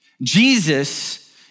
Jesus